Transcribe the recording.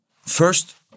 first